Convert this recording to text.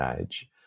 age